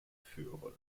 führen